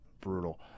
brutal